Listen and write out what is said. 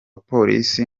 polisi